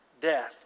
death